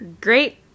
Great